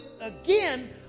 again